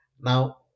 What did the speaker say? Now